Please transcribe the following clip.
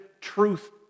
truth